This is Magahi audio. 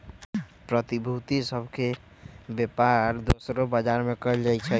प्रतिभूति सभ के बेपार दोसरो बजार में कएल जाइ छइ